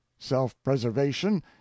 self-preservation